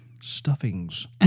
Stuffings